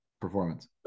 performance